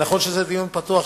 נכון שזה דיון פתוח,